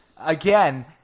again